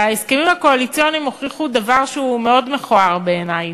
שההסכמים הקואליציוניים הוכיחו דבר שהוא מאוד מכוער בעיני,